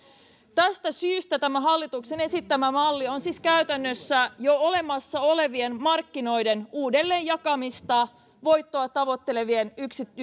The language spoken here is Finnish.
tästä syystä tämä hallituksen esittämä malli on siis käytännössä jo olemassa olevien markkinoiden uudelleen jakamista voittoa tavoittelevien